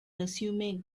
resume